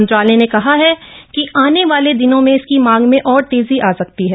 मंत्रालय ने कहा है कि आने वाले दिनों में इसकी मांग में और तेजी आ सकती है